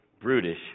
brutish